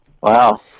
Wow